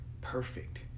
Perfect